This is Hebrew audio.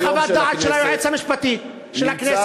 אני רוצה חוות דעת של היועץ המשפטי של הכנסת.